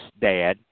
dad